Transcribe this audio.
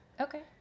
Okay